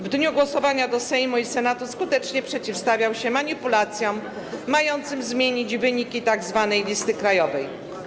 W dniu głosowania do Sejmu i Senatu skutecznie przeciwstawiał się manipulacjom mającym zmienić wyniki tzw. listy krajowej.